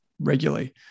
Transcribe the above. regularly